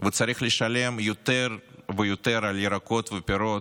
וצריך לשלם יותר ויותר על ירקות ופירות,